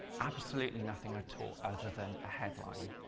absolutely nothing at all other than a headline,